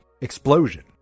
explosion